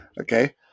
Okay